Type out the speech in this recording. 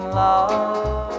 love